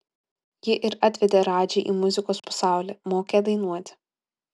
ji ir atvedė radžį į muzikos pasaulį mokė dainuoti